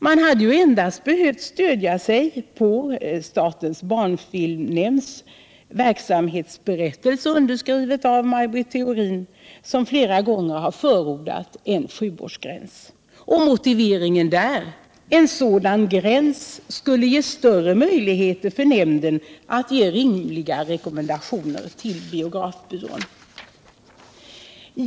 Man hade ju endast behövt stödja sig på statens barnfilmnämnds verksamhetsberättelse, underskriven av Maj Britt Theorin, som flera gånger har förordat en åldersgräns med motiveringen att en sådan gräns skulle ge större möjligheter för nämnden att ge rimliga rekommendationer till biografbyrån.